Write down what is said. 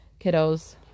kiddos